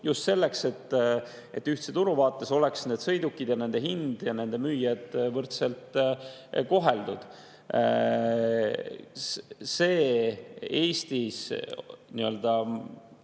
just selleks, et ühtse turu vaates oleks sõidukid ja nende hind ja nende müüjad võrdselt koheldud. Eestis